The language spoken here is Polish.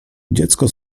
dziecko